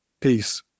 Peace